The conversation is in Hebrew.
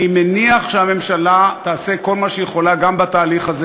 אני מניח שהממשלה תעשה כל מה שהיא יכולה גם בתהליך הזה.